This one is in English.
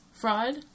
Fraud